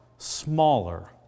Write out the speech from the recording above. smaller